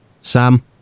Sam